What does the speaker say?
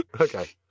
Okay